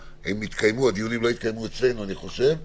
הדיונים לא יתקיימו אצלנו, אני חושב,